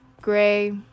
gray